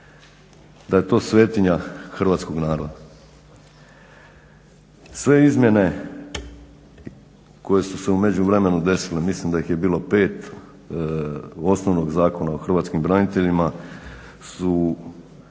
da je to svetinja hrvatskog naroda. Sve izmjene koje su se u međuvremenu desile, mislim da ih je bilo pet, osnovnog Zakona o hrvatskim braniteljima